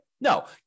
No